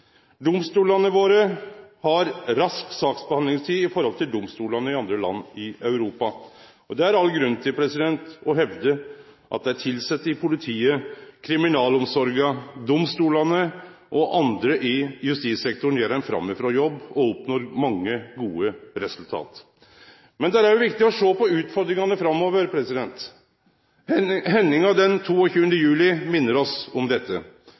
Domstolane våre har rask sakshandsamingstid i forhold til domstolane i andre land i Europa. Det er all grunn til å hevde at dei tilsette i politiet, kriminalomsorga, domstolane og andre i justissektoren gjer ein framifrå jobb og oppnår mange gode resultat. Men det er også viktig å sjå på utfordringane framover. Hendinga den 22. juli minner oss om dette.